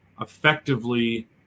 effectively